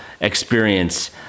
experience